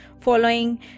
following